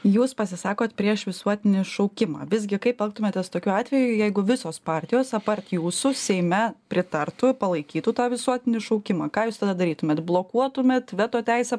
jūs pasisakot prieš visuotinį šaukimą visgi kaip elgtumėtės tokiu atveju jeigu visos partijos apart jūsų seime pritartų palaikytų tą visuotinį šaukimą ką jūs tada darytumėt blokuotumėt veto teise